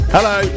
Hello